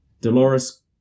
Dolores